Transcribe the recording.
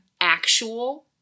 actual